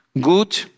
Good